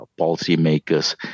policymakers